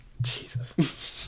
Jesus